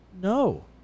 No